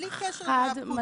בלי קשר לפקודה --- חד משמעית.